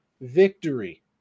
victory